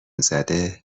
زده